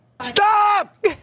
Stop